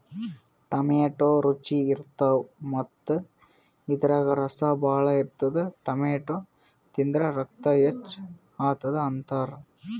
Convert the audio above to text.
tomato ರುಚಿ ಇರ್ತವ್ ಮತ್ತ್ ಇದ್ರಾಗ್ ರಸ ಭಾಳ್ ಇರ್ತದ್ ಟೊಮ್ಯಾಟೋ ತಿಂದ್ರ್ ರಕ್ತ ಹೆಚ್ಚ್ ಆತದ್ ಅಂತಾರ್